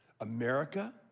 America